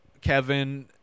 Kevin